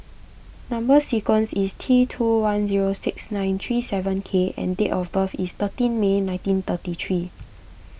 Number Sequence is T two one zero six nine three seven K and date of birth is thirteen May nineteen thirty three